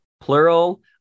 plural